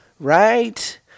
Right